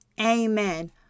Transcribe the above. Amen